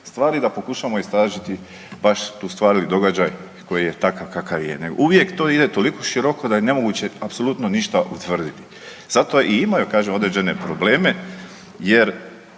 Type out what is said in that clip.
stvar i da pokušamo istražiti baš tu stvar i događaj koji je takav kakav je, nego uvijek to ide toliko široko da je nemoguće apsolutno ništa utvrditi. Zato i imaju kažem određene probleme jer